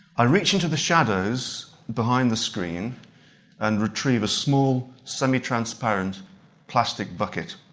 i reach into the shadows behind the screen and retrieve a small, semi-transparent plastic bucket.